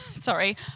Sorry